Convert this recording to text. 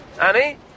Annie